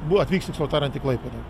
buvo atvyks tiksliau tariant į klaipėdą